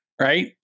right